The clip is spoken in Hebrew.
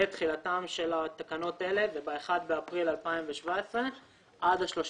ותחילתן של התקנות האלה זה ב-1 באפריל 2017 עד ה-30